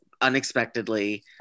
unexpectedly